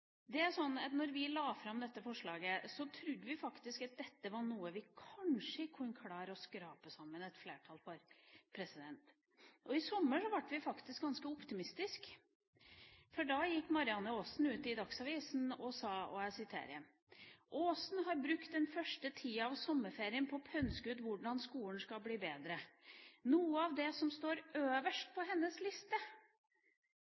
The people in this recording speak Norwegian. vi la fram dette forslaget, trodde vi faktisk at dette var noe vi kanskje kunne klare å skrape sammen et flertall for. I sommer ble vi faktisk ganske optimistiske, for da gikk Marianne Aasen ut i Dagsavisen. Der sto det: «Aasen har brukt den første tida av sommerferien på å pønske ut hvordan skolen skal bli bedre. Noe av det som står øverst på